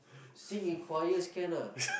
sing in choirs can ah